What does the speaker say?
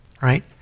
Right